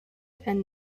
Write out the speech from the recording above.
and